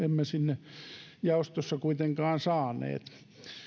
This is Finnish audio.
emme sinne jaostossa kuitenkaan saaneet